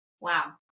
Wow